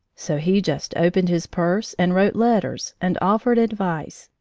so he just opened his purse and wrote letters and offered advice,